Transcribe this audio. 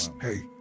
hey